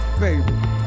baby